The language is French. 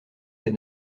ses